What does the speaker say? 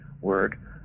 word